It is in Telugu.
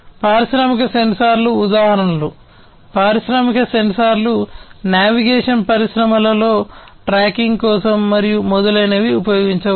పారిశ్రామిక సెన్సార్ల ఉదాహరణలు పారిశ్రామిక సెన్సార్లు నావిగేషన్ పరిశ్రమలో ట్రాకింగ్ కోసం మరియు మొదలైనవి ఉపయోగించవచ్చు